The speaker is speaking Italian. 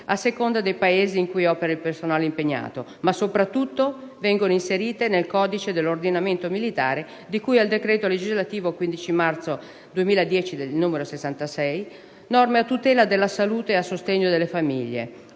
a seconda dei Paesi in cui opera il personale impegnato, ma, soprattutto, vengono inserite nel codice dell'ordinamento militare, di cui al decreto legislativo 15 marzo 2010, n. 66, norme a tutela della salute e a sostegno delle famiglie,